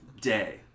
day